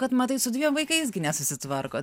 kad matai su dviem vaikais nesusitvarko